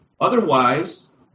Otherwise